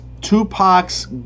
Tupac's